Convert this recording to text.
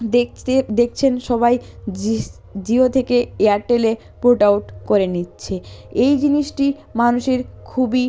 দেখতে দেখছেন সবাই জিও থেকে এয়ারটেলে পোর্ট আউট করে নিচ্ছে এই জিনিসটি মানুষের খুবই